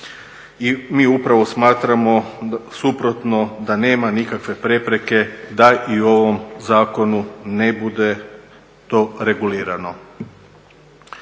I mi upravo smatramo suprotno da nema nikakve prepreke da i u ovom zakonu ne bude to regulirano.